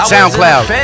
Soundcloud